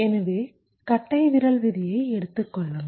எனவே கட்டைவிரல் விதியை எடுத்துக் கொள்ளுங்கள்